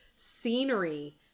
scenery